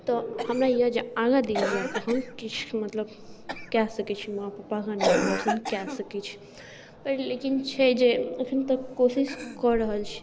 तऽ हमरा यऽ जे आगा दिन जाकऽ हम किछु मतलब कै सकैत छी माँ पापाके नाम रौशन कै सकैत छी पर लेकिन छै जे एखन तक कोशिश कऽ रहल छी